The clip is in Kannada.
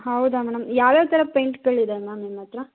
ಹೌದ ಮೇಡಮ್ ಯಾವ್ಯಾವ ಥರ ಪೇಯಿಂಟುಗಳ್ ಇದೆ ಮ್ಯಾಮ್ ನಿಮ್ಮ ಹತ್ರ